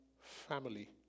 family